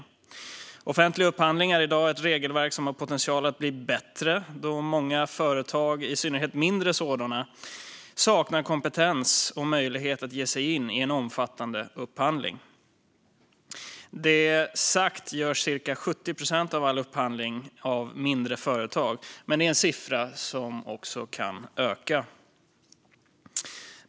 Regelverket för offentlig upphandling har i dag potential att bli bättre då många företag, i synnerhet mindre sådana, saknar kompetens och möjlighet att ge sig in i en omfattande upphandling. Med det sagt görs cirka 70 procent av all upphandling av mindre företag, men det är en siffra som kan öka.